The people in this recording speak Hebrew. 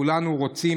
כולנו רוצים,